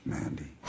Mandy